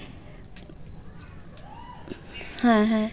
হ্যাঁ হ্যাঁ